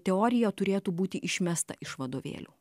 teorija turėtų būti išmesta iš vadovėlių